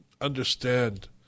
understand